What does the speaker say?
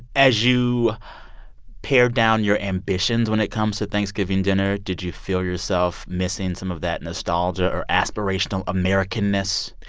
as you pare down your ambitions when it comes to thanksgiving dinner, did you feel yourself missing some of that nostalgia or aspirational american-ness?